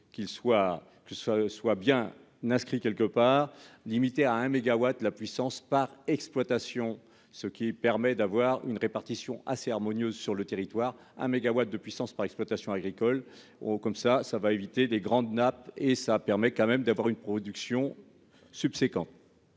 soit soit bien n'inscrit quelque part limitée à 1 mégawatts la puissance par exploitation, ce qui permet d'avoir une répartition assez harmonieuse sur le territoire hein mégawatts de puissance par exploitation agricole oh comme ça ça va éviter des grandes nappes et ça permet quand même d'avoir une production subséquent.